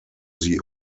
sie